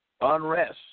unrest